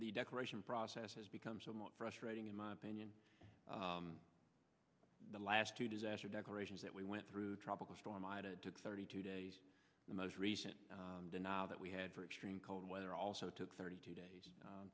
the declaration process has become somewhat frustrating in my opinion the last two disaster declarations that we went through tropical storm ida took thirty two days the most recent denial that we had for extreme cold weather also took thirty two days